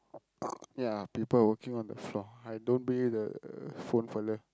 ya people working on the floor I don't believe the phone fella